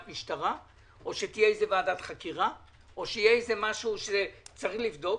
משטרה או שתהיה איזו ועדת חקירה או שיהיה משהו שצריך לבדוק?